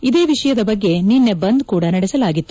ಇದೇ ವಿಷಯದ ಬಗ್ಗೆ ನಿನ್ನೆ ಬಂದ್ ಕೂಡ ನಡೆಸಲಾಗಿತ್ತು